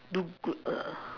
do good ah